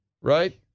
right